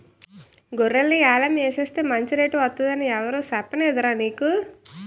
గొర్రెల్ని యాలం ఎసేస్తే మంచి రేటు వొత్తదని ఎవురూ సెప్పనేదురా నాకు